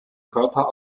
körper